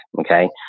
okay